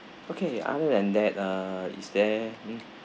okay other than that uh is there